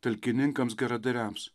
talkininkams geradariams